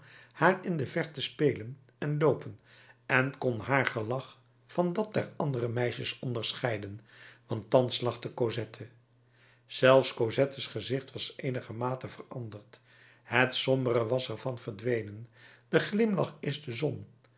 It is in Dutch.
haar in de verte spelen en loopen en kon haar gelach van dat der andere meisjes onderscheiden want thans lachte cosette zelfs cosette's gezicht was eenigermate veranderd het sombere was er van verdwenen de glimlach is de zon